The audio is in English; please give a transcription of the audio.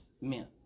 men